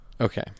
Okay